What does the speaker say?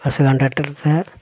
bus കണ്ടക്ടർത്തെ